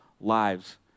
lives